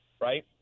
right